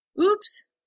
Oops